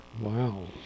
Wow